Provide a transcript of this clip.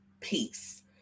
peace